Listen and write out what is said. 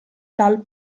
dal